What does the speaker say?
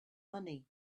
money